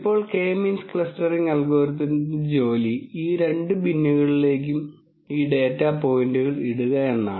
ഇപ്പോൾ K means clustering അൽഗോരിതത്തിന്റെ ജോലി ഈ രണ്ട് ബിന്നുകളിലേക്കും ഈ ഡാറ്റ പോയിന്റുകൾ ഇടുക എന്നതാണ്